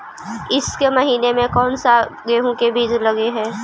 ईसके महीने मे कोन सा गेहूं के बीज लगे है?